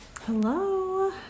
Hello